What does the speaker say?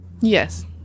Yes